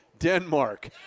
Denmark